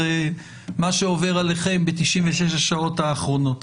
מה שעובר עליכם ב-96 השעות האחרונות,